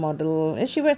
ya